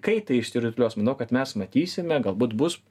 kai tai išsirutulios manau kad mes matysime galbūt bus